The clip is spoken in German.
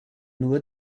nur